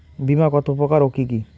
বীমা কত প্রকার ও কি কি?